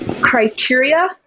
criteria